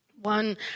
One